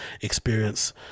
experience